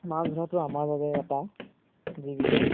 মাছ ধৰাতো আমাৰ বাবে এটা জীৱিকা